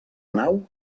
nau